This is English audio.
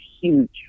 huge